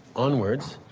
onwards